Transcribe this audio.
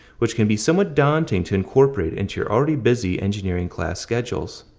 which can be somewhat daunting to incorporate into your already busy engineering class schedules.